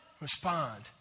Respond